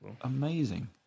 amazing